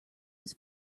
his